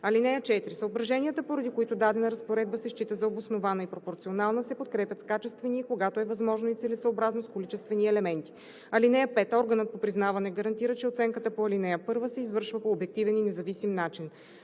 (4) Съображенията, поради които дадена разпоредба се счита за обоснована и пропорционална, се подкрепят с качествени и когато е възможно и целесъобразно с количествени елементи. (5) Органът по признаване гарантира, че оценката по ал. 1 се извършва по обективен и независим начин.